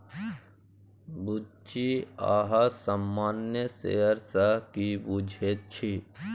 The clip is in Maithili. बुच्ची अहाँ सामान्य शेयर सँ की बुझैत छी?